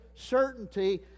certainty